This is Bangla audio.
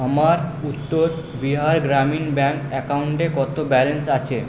আমার উত্তর বিহার গ্রামীণ ব্যাংক অ্যাকাউন্টে কত ব্যালেন্স আছে